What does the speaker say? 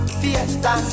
fiesta